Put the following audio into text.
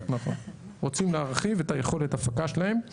רוצים להרחיב את יכולת ההפקה שלהם.